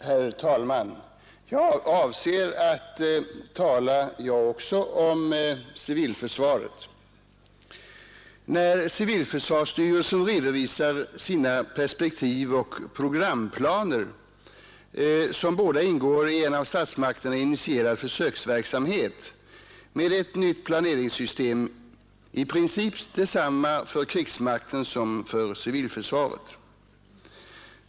Herr talman! Även jag avser att tala om civilförsvaret. Civilförsvarsstyrelsen redovisar sina perspektivoch programplaner som båda ingår i en av statsmakterna initierad försöksverksamhet, med ett nytt planeringssystem, i princip detsamma för krigsmakten som för civilförsvaret.